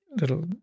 little